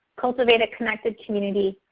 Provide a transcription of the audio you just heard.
cultivate a connected community,